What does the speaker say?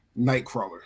Nightcrawler